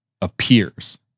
appears